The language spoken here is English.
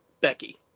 Becky